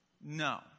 No